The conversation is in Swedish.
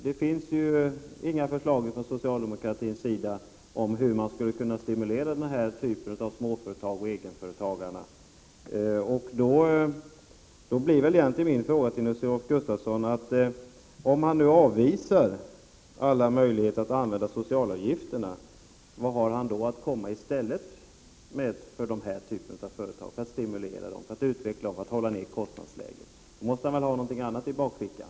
Det finns inga förslag från socialdemokraterna om hur man skulle kunna stimulera till småföretagande och egenföretagande. Då blir min fråga till Nils-Olof Gustafsson: Om man avvisar alla möjligheter att använda instrumentet socialavgifter, vad har man i stället för att stimulera och utveckla företagen, för att de skall kunna hålla nere kostnadsläget? Man måste väl då ha något annat i bakfickan?